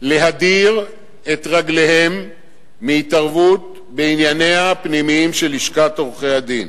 להדיר את רגליהן מהתערבות בענייניה הפנימיים של לשכת עורכי-הדין.